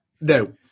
No